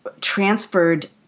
transferred